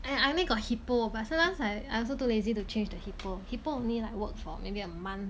and I only got hippo but sometimes I I also too lazy to change the hippo hippo only like work for maybe a month